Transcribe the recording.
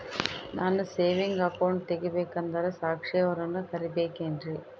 ನಾನು saving account ತೆಗಿಬೇಕಂದರ ಸಾಕ್ಷಿಯವರನ್ನು ಕರಿಬೇಕಿನ್ರಿ?